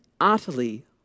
utterly